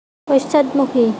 পশ্চাদমুখী